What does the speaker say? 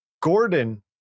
Gordon